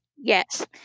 Yes